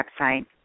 website